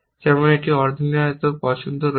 যেমন একটি অনির্ধারিত পছন্দ ঘটছে